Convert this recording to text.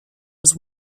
was